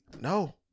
No